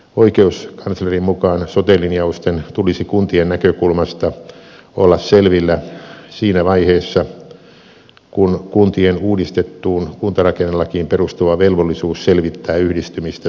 oikeuskanslerin mukaan sote linjausten tulisi kuntien näkökulmasta olla selvillä siinä vaiheessa kun kuntien uudistettuun kuntarakennelakiin perustuva velvollisuus selvittää yhdistymistä tulisi voimaan